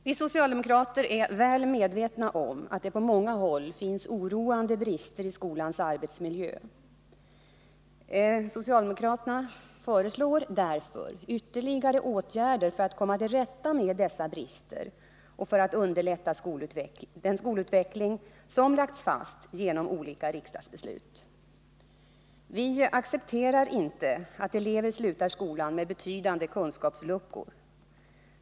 Vi socialdemokrater är väl medvetna om att det på många håll finns oroande brister i skolans arbetsmiljö. Vi föreslår därför ytterligare åtgärder för att komma till rätta med dessa brister och för att underlätta den skolutveckling som lagts fast genom olika riksdagsbeslut. Vi accepterar inte att elever slutar skolan med betydande kunskapsluckor.